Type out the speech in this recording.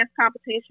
competition